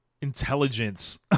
intelligence